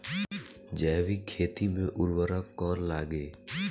जैविक खेती मे उर्वरक कौन लागी?